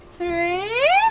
three